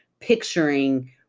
picturing